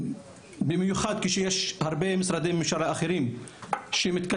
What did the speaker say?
במיוחד כשיש הרבה משרדי ממשלה אחרים שמתקדמים